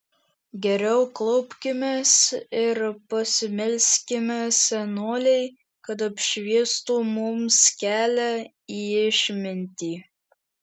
geriau klaupkimės ir pasimelskime senolei kad apšviestų mums kelią į išmintį